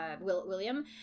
William